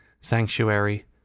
Sanctuary